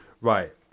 Right